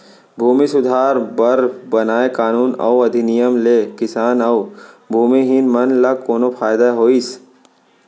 भूमि सुधार बर बनाए कानून अउ अधिनियम ले किसान अउ भूमिहीन मन ल कोनो फायदा होइस?